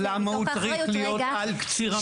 אבל למה הוא צריך להיות על ציר המלח?